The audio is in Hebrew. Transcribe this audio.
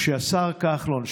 כשהשר כחלון,